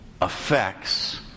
affects